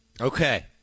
Okay